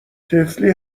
طفلی